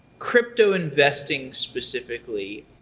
crypto investing specifically,